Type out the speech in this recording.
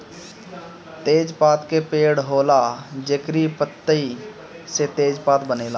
तेजपात के पेड़ होला जेकरी पतइ से तेजपात बनेला